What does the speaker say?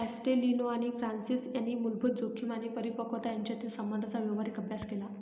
ॲस्टेलिनो आणि फ्रान्सिस यांनी मूलभूत जोखीम आणि परिपक्वता यांच्यातील संबंधांचा व्यावहारिक अभ्यास केला